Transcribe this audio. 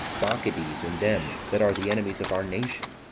bacchides, and them that are the enemies of our nation.